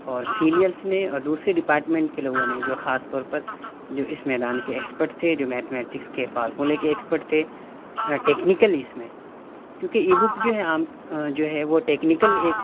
اور سینئرس نے دوسرے ڈپارٹمنٹ کے لوگوں نے جو خاص طور پر جو اِس میدان کے اکسپرٹ تھے جو میتھ میٹکس کے فارمولے کے اکسپرٹ تھے ٹیکنیکل اِس میں چونکہ ای بک جو ہے عام جو ہے وہ ٹیکنیکل ایک